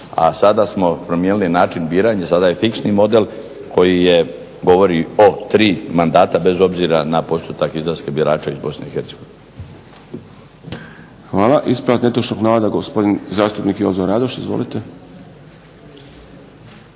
A sada smo promijenili način biranja, sada je slični model koji govori o tri mandata bez obzira na postotak izlaska birača iz BiH. **Šprem, Boris (SDP)** Hvala. Ispravak netočnog navoda gospodin zastupnik Jozo Radoš. Izvolite.